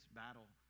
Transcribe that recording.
battle